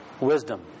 wisdom